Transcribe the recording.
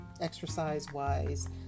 exercise-wise